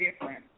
different